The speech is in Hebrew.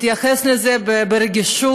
להתייחס לזה ברגישות,